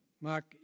Mark